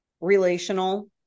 relational